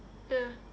ya